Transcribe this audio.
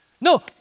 No